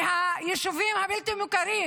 מהישובים הבלתי-מוכרים,